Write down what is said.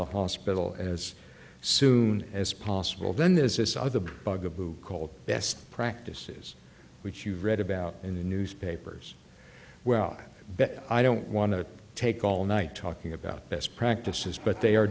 the hospital as soon as possible then there's this other bugaboo called best practices which you read about in the newspapers well but i don't want to take all night talking about best practices but they are